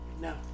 No